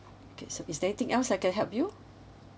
okay so is there anything else I can help you